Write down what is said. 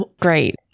Great